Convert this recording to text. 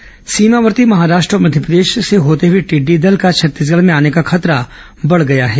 टिड्डी दल सतर्कता सीमावर्ती महाराष्ट्र और मध्यप्रदेश से होते हुए टिड्डी दल का छत्तीसगढ़ में आने का खतरा बढ़ गया है